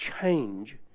change